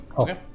Okay